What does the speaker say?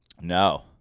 No